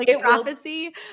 prophecy